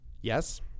Yes